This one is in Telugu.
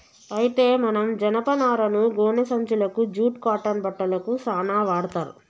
అయితే మనం జనపనారను గోనే సంచులకు జూట్ కాటన్ బట్టలకు సాన వాడ్తర్